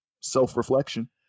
self-reflection